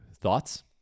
Thoughts